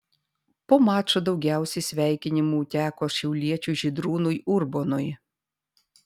po mačo daugiausiai sveikinimų teko šiauliečiui žydrūnui urbonui